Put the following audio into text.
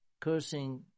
Cursing